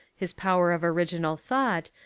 his power of original thought,